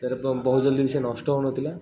ତା'ର ବହୁତ୍ ଜଲ୍ଦି ବି ସେ ନଷ୍ଟ ହେଉନଥିଲା